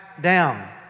down